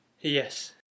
yes